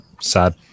sad